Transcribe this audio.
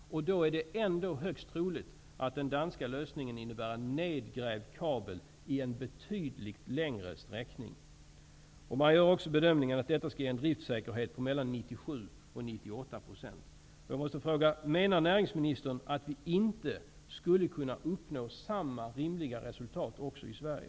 Och då är det ändå högst troligt att den danska lösningen innebär en nedgrävd kabel i en betydligt längre sträckning. Man gör också bedömningen att detta skall ge en driftsäkerhet på mellan 97 och 98 %. Jag måste fråga: Menar näringsministern att vi inte skulle kunna uppnå samma rimliga resultat också i Sverige?